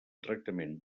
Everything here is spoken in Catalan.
tractament